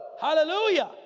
Hallelujah